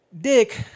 Dick